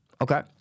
Okay